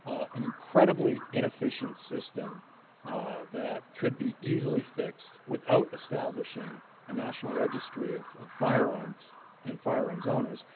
an incredibly inefficient system that could be easily fixed without establishing a national registry of firearms and firearms owners.